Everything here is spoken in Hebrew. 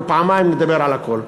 פעמיים אדבר על הכול,